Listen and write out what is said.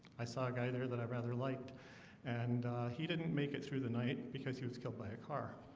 i saw a guy there that i rather liked and he didn't make it through the night because he was killed by a car